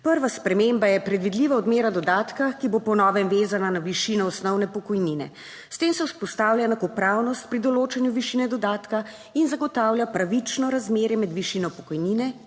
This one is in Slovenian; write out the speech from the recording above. Prva sprememba je predvidljiva odmera dodatka, ki bo po novem vezana na višino osnovne pokojnine. S tem se vzpostavlja enakopravnost pri določanju višine dodatka in zagotavlja pravično razmerje med višino pokojnine